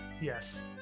Yes